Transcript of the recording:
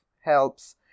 helps